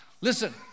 Listen